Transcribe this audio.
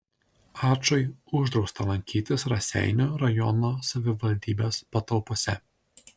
ačui uždrausta lankytis raseinių rajono savivaldybės patalpose